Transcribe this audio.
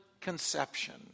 Conception